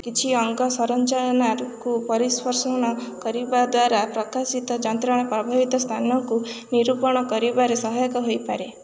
କିଛି ଅଙ୍ଗ ସଂରଚନାକୁ ପରିସ୍ପର୍ଶନ କରିବା ଦ୍ୱାରା ପ୍ରକାଶିତ ଯନ୍ତ୍ରଣା ପ୍ରଭାବିତ ସ୍ଥାନକୁ ନିରୂପଣ କରିବାରେ ସହାୟକ ହେଇପାରେ